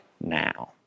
now